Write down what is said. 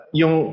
yung